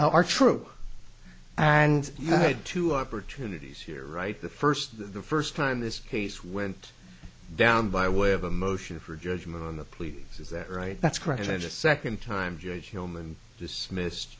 are true and you had two opportunities here right the first the first time this case went down by way of a motion for judgment on the pleadings is that right that's correct i just second time